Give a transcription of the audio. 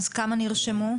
כמה נרשמו?